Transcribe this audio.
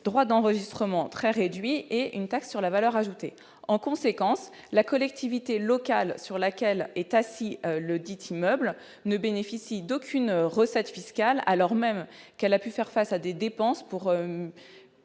droits d'enregistrement très réduits et la TVA. En conséquence, la collectivité locale où est situé ledit immeuble ne bénéficie d'aucune recette fiscale, alors même qu'elle a pu faire face à des dépenses pour